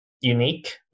unique